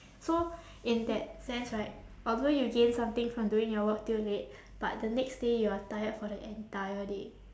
so in that sense right although you gain something from doing your work till late but the next day you're tired for the entire day